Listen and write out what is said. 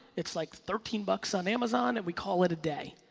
it's like thirteen bucks on amazon, and we call it a day.